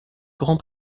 grand